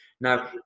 Now